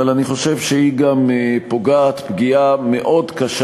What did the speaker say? אבל אני חושב שהיא גם פוגעת פגיעה מאוד קשה,